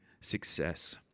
success